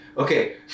Okay